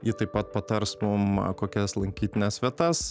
ji taip pat patars mum kokias lankytines vietas